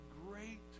great